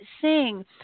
sing